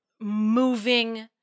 moving